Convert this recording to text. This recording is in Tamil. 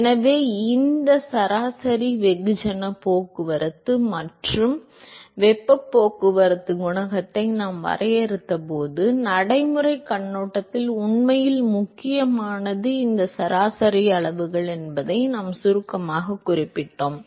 எனவே இந்த சராசரி வெகுஜனப் போக்குவரத்து மற்றும் வெப்பப் போக்குவரத்துக் குணகத்தை நாம் வரையறுத்தபோது நடைமுறைக் கண்ணோட்டத்தில் உண்மையில் முக்கியமானது இந்த சராசரி அளவுகள் என்பதை நான் சுருக்கமாகக் குறிப்பிட்டேன்